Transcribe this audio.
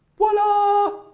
voila.